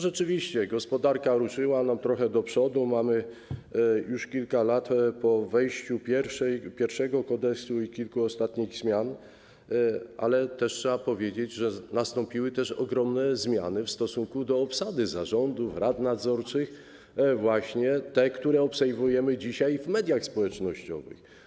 Rzeczywiście gospodarka ruszyła trochę do przodu, mamy już kilka lat po wejściu pierwszego kodeksu i kilku ostatnich zmian, ale też trzeba powiedzieć, że nastąpiły również ogromne zmiany w stosunku do obsady zarządów, rad nadzorczych, właśnie te, które obserwujemy dzisiaj w mediach społecznościowych.